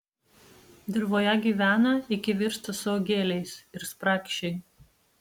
dirvoje gyvena iki virsta suaugėliais ir spragšiai